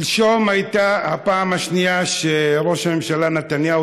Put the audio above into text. שלשום הייתה הפעם השנייה שראש הממשלה נתניהו